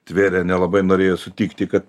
tverė nelabai norėjo sutikti kad